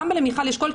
למה למיכל יש קול?